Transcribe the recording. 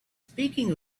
speaking